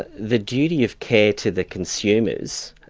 ah the duty of care to the consumers,